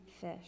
fish